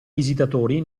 visitatori